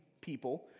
people